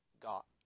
got